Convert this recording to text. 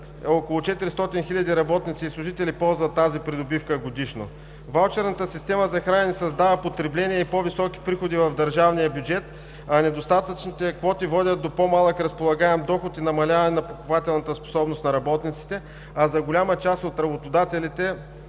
около 400 хиляди работници и служители ползват тази придобивка годишно. Ваучерната система за хранене създава потребление и по-високи приходи в държавния бюджет, а недостатъчните квоти водят до по-малък разполагаем доход и намаляване на покупателната способност на работниците. За голяма част от работодателите,